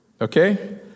Okay